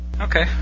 Okay